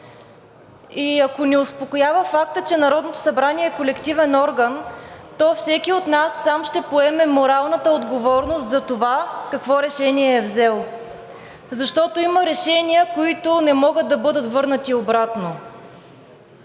И ако ни успокоява фактът, че Народното събрание е колективен орган, то всеки от нас сам ще поеме моралната отговорност за това какво решение е взел, защото има решения, които не могат да бъдат върнати обратно.